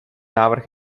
návrh